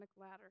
ladder